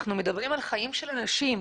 אנחנו מדברים על חיים של אנשים.